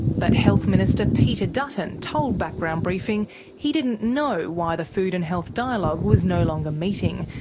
but health minister peter dutton told background briefing he didn't know why the food and health dialogue was no longer meeting,